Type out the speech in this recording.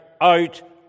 out